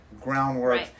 groundwork